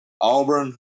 Auburn